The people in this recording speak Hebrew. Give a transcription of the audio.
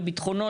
לביטחונו,